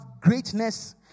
greatness